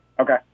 Okay